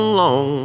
long